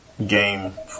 Game